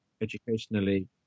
educationally